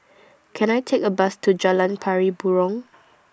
Can I Take A Bus to Jalan Pari Burong